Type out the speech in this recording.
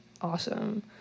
awesome